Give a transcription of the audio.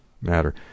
matter